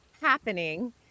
happening